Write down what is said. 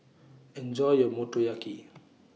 Enjoy your Motoyaki